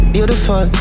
Beautiful